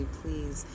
please